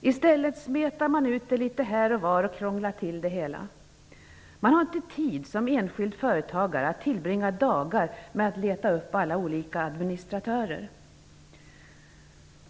I stället smetar man ut det litet här och var och krånglar till det hela. Man har inte tid som enskild företagare att tillbringa dagar med att leta upp alla olika administratörer.